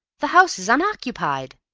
the house is unoccupied!